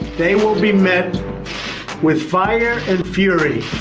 they will be met with fire and fury